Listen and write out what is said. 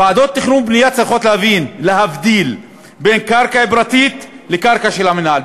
ועדות תכנון ובנייה צריכות להבדיל בין קרקע פרטית לקרקע של המינהל,